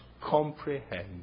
comprehend